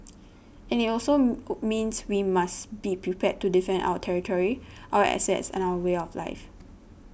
and it means we must be prepared to defend our territory our assets and our way of life